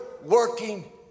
working